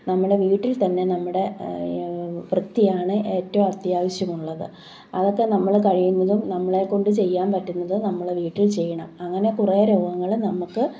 നമ്മുടെ വീട്ടിൽ തന്നെ നമ്മുടെ വൃത്തിയാണ് ഏറ്റവും അത്യാവശ്യം ഉള്ളത് അതൊക്കെ നമ്മൾ കഴിയുന്നതും നമ്മളെക്കൊണ്ട് ചെയ്യാൻ പറ്റുന്നത് നമ്മൾ വീട്ടിൽ ചെയ്യണം അങ്ങനെ കുറേ രോഗങ്ങൾ നമുക്ക്